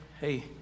hey